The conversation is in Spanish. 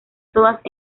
todas